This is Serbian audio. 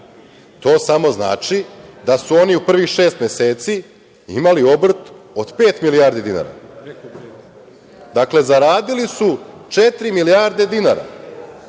To samo znači da su oni u prvih šest meseci imali obrt od pet milijardi dinara, dakle, zaradili su četiri milijarde